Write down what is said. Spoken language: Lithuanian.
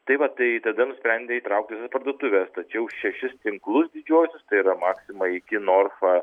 tai va tai tada nusprendė įtraukti parduotuves tačiau šešis tinklus didžiuosius tai yra maxima iki norfa